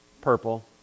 Purple